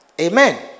Amen